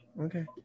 Okay